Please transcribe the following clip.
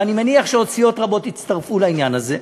ואני מניח שעוד סיעות רבות יצטרפו לעניין הזה,